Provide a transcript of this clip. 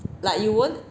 like you won't